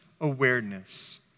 Awareness